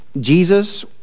Jesus